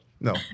no